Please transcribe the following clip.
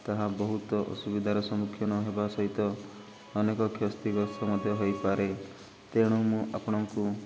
ତାହା ବହୁତ ଅସୁବିଧାର ସମ୍ମୁଖୀନ ହେବା ସହିତ ଅନେକ କ୍ଷତିଗ୍ରସ୍ତ ମଧ୍ୟ ହୋଇପାରେ ତେଣୁ ମୁଁ ଆପଣଙ୍କୁ